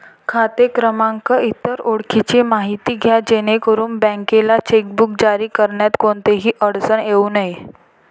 खाते क्रमांक, इतर ओळखीची माहिती द्या जेणेकरून बँकेला चेकबुक जारी करण्यात कोणतीही अडचण येऊ नये